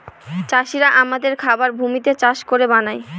চাষিরা আমাদের খাবার ভূমিতে চাষ করে বানায়